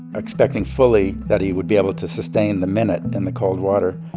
expecting fully that he would be able to sustain the minute in the cold water.